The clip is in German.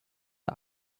der